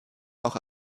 auch